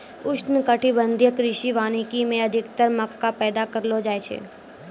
उष्णकटिबंधीय कृषि वानिकी मे अधिक्तर मक्का पैदा करलो जाय छै